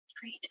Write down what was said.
Great